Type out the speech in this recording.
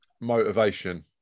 motivation